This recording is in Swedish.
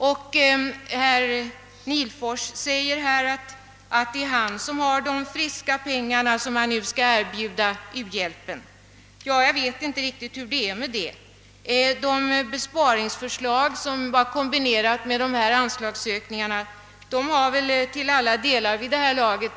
Herr Nihlfors säger att det är han som har de friska pengarna som skall erbjudas u-hjälpen. Ja, jag vet inte riktigt hur det är med den saken. Det besparingsförslag från mittenpartierna som var kombinerat med anslagsökningar har väl till alla deiar tillbakavisats vid det här laget.